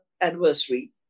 anniversary